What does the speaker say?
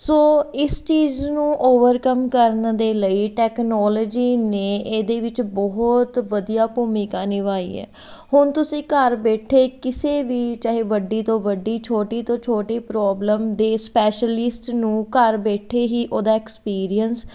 ਸੋ ਇਸ ਚੀਜ਼ ਨੂੰ ਓਵਰਕਮ ਕਰਨ ਦੇ ਲਈ ਟੈਕਨੋਲਜੀ ਨੇ ਇਹਦੇ ਵਿੱਚ ਬਹੁਤ ਵਧੀਆ ਭੂਮਿਕਾ ਨਿਭਾਈ ਹੈ ਹੁਣ ਤੁਸੀਂ ਘਰ ਬੈਠੇ ਕਿਸੇ ਵੀ ਚਾਹੇ ਵੱਡੀ ਤੋਂ ਵੱਡੀ ਛੋਟੀ ਤੋਂ ਛੋਟੀ ਪ੍ਰੋਬਲਮ ਦੇ ਸਪੈਸ਼ਲਿਸਟ ਨੂੰ ਘਰ ਬੈਠੇ ਹੀ ਉਹਦਾ ਐਕਸਪੀਰੀਅੰਸ